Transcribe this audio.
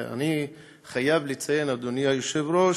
אני חייב לציין, אדוני היושב-ראש: